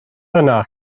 yna